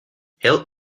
help